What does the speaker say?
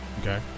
Okay